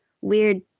weird